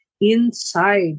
inside